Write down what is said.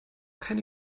keine